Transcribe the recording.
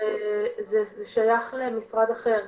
זה שייך למשרד אחר,